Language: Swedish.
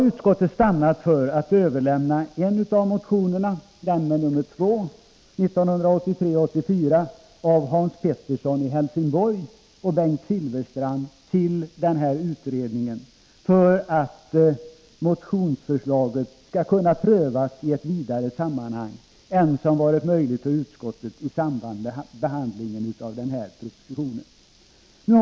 Utskottet har stannat för att överlämna en av motionerna, nr 2 av Hans Pettersson i Helsingborg och Bengt Silfverstrand, till denna utredning för att motionsförslaget skall kunna prövas i ett vidare sammanhang än som varit möjligt för utskottet i samband med behandlingen av propositionen.